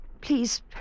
Please